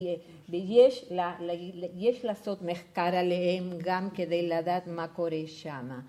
‫ויש לעשות מחקר עליהם ‫גם כדי לדעת מה קורה שמה.